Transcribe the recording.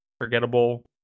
forgettable